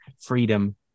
freedom